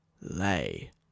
lay